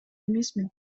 эмесмин